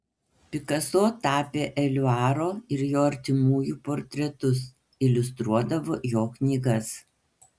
pikaso tapė eliuaro ir jo artimųjų portretus iliustruodavo jo knygas